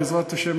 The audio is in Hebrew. בעזרת השם,